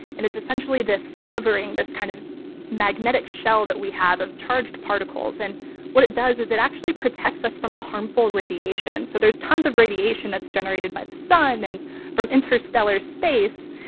and it's, essentially, this covering, this kind of magnetic shell that we have of charged particles. and what it does is it actually protects us from harmful radiation. so there's tons of radiation that's generated by the sun and from interstellar space,